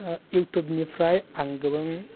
इउटुबनिफ्राइ आं गोबां